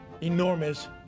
enormous